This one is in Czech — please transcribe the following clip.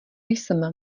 jsem